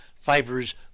fibers